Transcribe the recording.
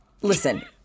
Listen